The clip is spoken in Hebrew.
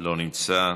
לא נמצא.